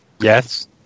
Yes